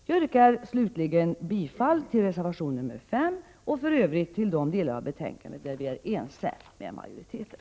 Jag yrkar slutligen bifall till reservation nr 5 och i övrigt bifall till de delar av hemställan där vi är ense med majoriteten.